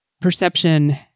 perception